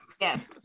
Yes